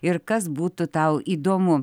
ir kas būtų tau įdomu